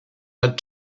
had